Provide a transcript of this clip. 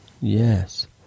yes